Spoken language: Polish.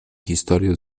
historię